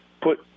put